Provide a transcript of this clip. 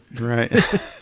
Right